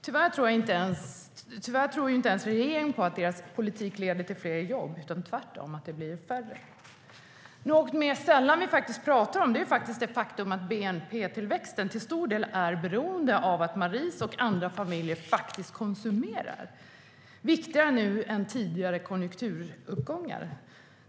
Tyvärr tror inte ens regeringen på att deras politik leder till fler jobb, utan tvärtom tror den att det blir färre. Något vi mer sällan pratar om är det faktum att bnp-tillväxten till stor del är beroende av att Maries familj och andra familjer konsumerar. Det är viktigare nu än vid tidigare konjunkturuppgångar.